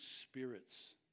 spirits